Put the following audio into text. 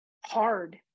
hard